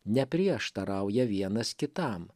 neprieštarauja vienas kitam